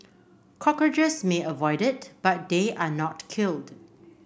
cockroaches may avoid it but they are not killed